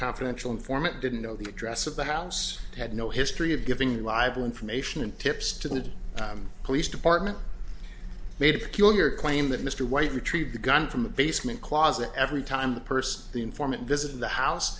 confidential informant didn't know the address of the house had no history of giving reliable information and tips to the police department made to kill your claim that mr white retrieved the gun from the basement closet every time the purse the informant visited the house